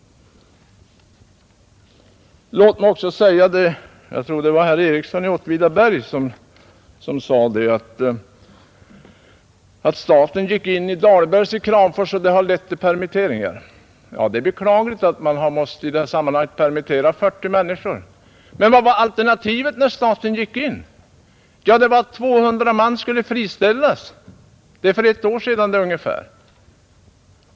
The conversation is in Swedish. Jag tror att det var herr Ericsson i Åtvidaberg som sade att staten gick in i Dahlbergs snickeri i Kramfors och att det har lett till permitteringar. Det är beklagligt att man i detta sammanhang har måst permittera 40 människor. Men vad var alternativet när staten gick in? Jo, att 200 man skulle friställas. Det var för ett år sedan ungefär.